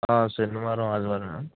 శనివారం ఆదివారమే